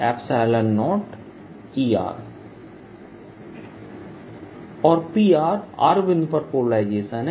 Pre0E औरPr r बिंदु पर पोलराइजेशन है